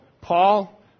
Paul